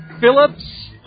Phillips